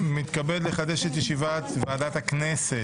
אני מתכבד לחדש את ישיבת ועדת הכנסת.